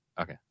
Okay